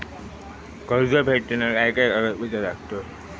कर्ज फेडताना काय काय कागदपत्रा लागतात?